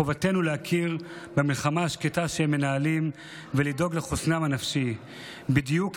חובתנו להכיר במלחמה השקטה שהם מנהלים ולדאוג לחוסנם הנפשי בדיוק,